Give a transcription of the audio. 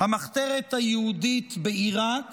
המחתרת היהודית בעיראק